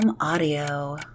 Audio